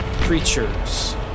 creatures